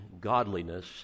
godliness